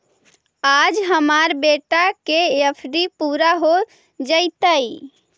आज हमार बेटा के एफ.डी पूरा हो जयतई